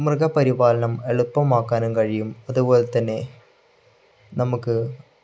മൃഗപരിപാലനം എളുപ്പമാക്കാനും കഴിയും അതുപോലെ തന്നെ നമുക്ക്